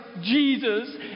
Jesus